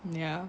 ya